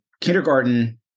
kindergarten